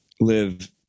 live